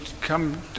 come